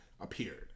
appeared